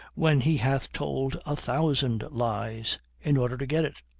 when he hath told a thousand lies in order to get it?